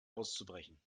auszubrechen